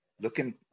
looking